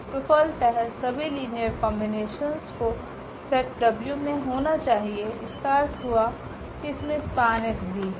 तो फलतः सभी लीनियर कोम्बिनेशंस को सेट w मे होना चाहिए इसका अर्थ हुआ की इसमे SPAN भी हैं